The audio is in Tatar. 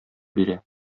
бирә